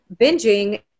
binging